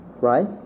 right